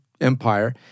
empire